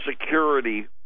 Security